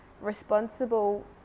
responsible